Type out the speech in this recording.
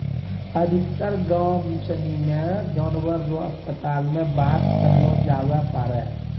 अधिकतर गाम सनी मे जानवर रो अस्पताल मे बात करलो जावै पारै